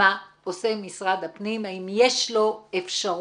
מה עושה משרד הפנים, האם יש לו אפשרות